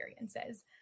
experiences